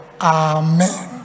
Amen